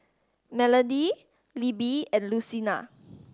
Melonie Libby and Lucina